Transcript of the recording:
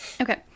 Okay